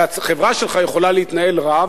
והחברה שלך יכולה להתנהל רע,